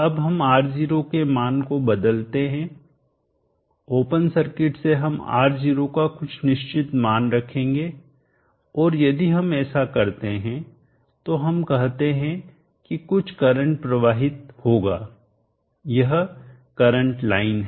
अब हम R0 के मान को बदलते हैं ओपन सर्किट से हम R0 का कुछ निश्चित मान रखेंगे और यदि हम ऐसा करते हैं तो हम कह सकते हैं कि कुछ करंट प्रवाहित होगा यह करंट लाइन है